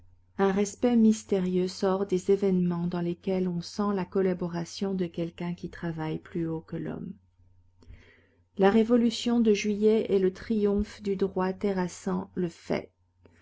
un respect mystérieux sort des événements dans lesquels on sent la collaboration de quelqu'un qui travaille plus haut que l'homme la révolution de juillet est le triomphe du droit terrassant le fait